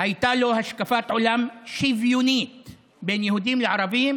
הייתה לו השקפת עולם שוויונית בין יהודים לערבים